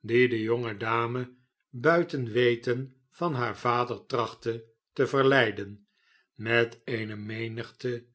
die de jonge dame buiten weten van haar vader trachtte te verleiden met eene menigte